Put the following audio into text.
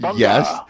Yes